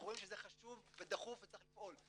אנחנו רואים שזה חשוב ודחוף וצריך לפעול.